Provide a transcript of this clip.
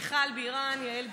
מיכל בירן, יעל גרמן,